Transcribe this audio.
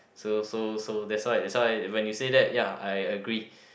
so so so that's why that's why when you say that ya I I agree